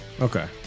Okay